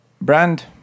brand